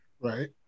Right